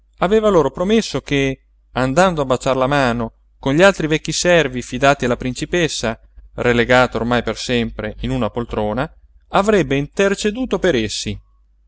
aveva loro promesso che andando a baciar la mano con gli altri vecchi servi fidati alla principessa relegata ormai per sempre in una poltrona avrebbe interceduto per essi